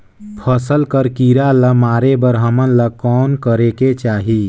फसल कर कीरा ला मारे बर हमन ला कौन करेके चाही?